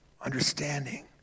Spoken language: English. understanding